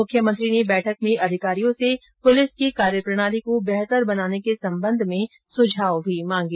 मुख्यमंत्री ने बैठक में अधिकारियों से पुलिस की कार्यप्रणाली को बेहतर बनाने के संबंध में सुझाव भी मांगे